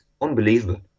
Unbelievable